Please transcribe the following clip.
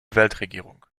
weltregierung